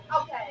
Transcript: okay